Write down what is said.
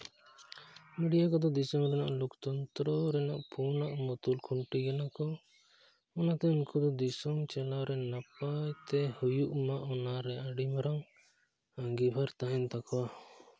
media ᱠᱚᱫᱚ ᱫᱤᱥᱚᱢ ᱨᱮᱱᱟᱜ ᱞᱳᱠ ᱛᱚᱱᱛᱨᱚ ᱨᱮᱱᱟᱜ ᱯᱩᱱᱟᱜ ᱢᱩᱛᱩᱞ ᱠᱷᱩᱱᱴᱤ ᱠᱟᱱᱟ ᱠᱚ ᱚᱱᱟᱛᱮ ᱩᱱᱠᱩ ᱫᱚ ᱫᱤᱥᱚᱢ ᱪᱟᱞᱟᱣ ᱨᱮᱱ ᱱᱟᱯᱟᱭ ᱛᱮ ᱦᱩᱭᱩᱜ ᱢᱟ ᱚᱱᱟᱨᱮ ᱟᱹᱰᱤ ᱢᱟᱨᱟᱝ ᱟᱸᱜᱤᱵᱷᱟᱨ ᱛᱟᱦᱮᱱ ᱛᱟᱠᱚᱣᱟ